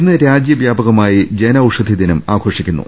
ഇന്ന് രാജ്യവ്യാപകമായി ജനൌഷധി ദിനം ആഘോഷിക്കും